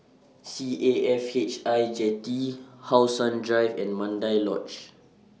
C A F H I Jetty How Sun Drive and Mandai Lodge